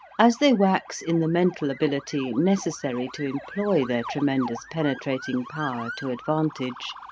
as they wax in the mental ability necessary to employ their tremendous penetrating power to advantage,